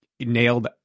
nailed